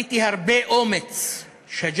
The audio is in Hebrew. ראיתי הרבה אומץ, (אומר בערבית: